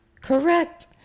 Correct